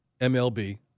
MLB